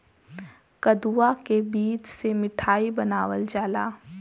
कदुआ के बीज से मिठाई बनावल जाला